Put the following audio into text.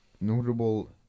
notable